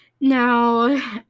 Now